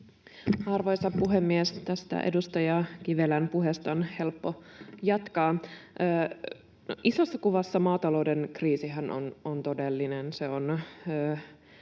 Arvoisa puhemies! Tästä edustaja Kivelän puheesta on helppo jatkaa. Isossa kuvassa maatalouden kriisihän on todellinen,